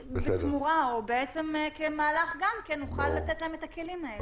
ובתמורה או כמהלך נוכל לתת להם את הכלים האלה.